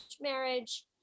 marriage